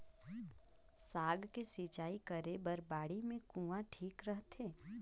साग के सिंचाई करे बर बाड़ी मे कुआँ ठीक रहथे?